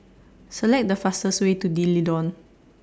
Select The fastest Way to D'Leedon